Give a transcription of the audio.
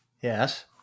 Yes